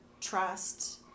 trust